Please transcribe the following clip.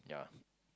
yeah